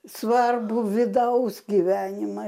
svarbu vidaus gyvenimą